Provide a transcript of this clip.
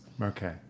Okay